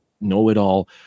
know-it-all